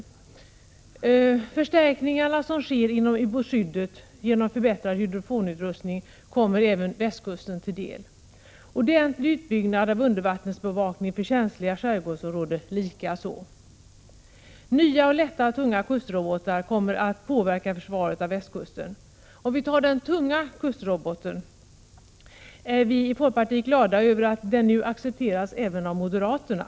De förstärkningar som sker inom ubåtsskyddet genom förbättrad hydro 107 fonutrustning kommer även västkusten till del — utbyggnaden av undervattensbevakningen för känsliga skärgårdsområden likaså. Nya lätta och tunga kustrobotar kommer att påverka försvaret av västkusten. Vad beträffar den tunga kustroboten är vi i folkpartiet glada över att den nu accepteras även av moderaterna.